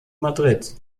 madrid